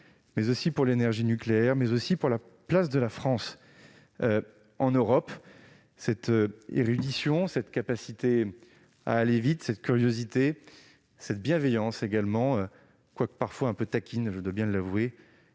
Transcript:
mais aussi pour l'énergie nucléaire ainsi que pour la place de la France en Europe. Cette érudition, cette capacité à penser vite, cette curiosité, cette bienveillance, quoiqu'un peu taquine, je dois bien l'avouer,